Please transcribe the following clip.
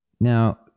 Now